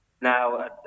Now